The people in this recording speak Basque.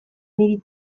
niri